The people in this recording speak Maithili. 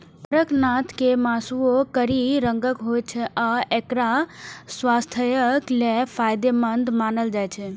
कड़कनाथ के मासुओ कारी रंगक होइ छै आ एकरा स्वास्थ्यक लेल फायदेमंद मानल जाइ छै